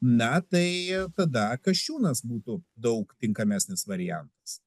na tai tada kasčiūnas būtų daug tinkamesnis variantas